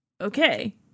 okay